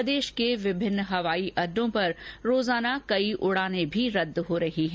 प्रदेश के विभिन्न हवाई अडडों पर रोजाना कई उडाने भी रद्द हो रही हैं